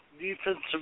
defensive